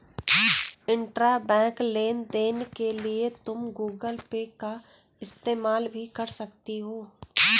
intrabank लेन देन के लिए तुम गूगल पे का इस्तेमाल भी कर सकती हो